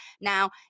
now